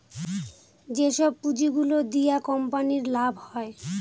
যেসব পুঁজি গুলো দিয়া কোম্পানির লাভ হয়